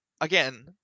again